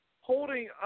holding